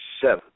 seven